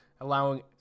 allowing